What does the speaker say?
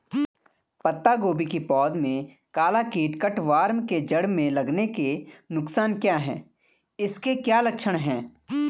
पत्ता गोभी की पौध में काला कीट कट वार्म के जड़ में लगने के नुकसान क्या हैं इसके क्या लक्षण हैं?